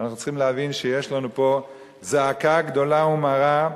אנחנו צריכים להבין שיש לנו פה זעקה גדולה ומרה,